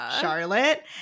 Charlotte